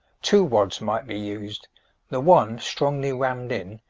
two wads might be used the one strongly rammed in,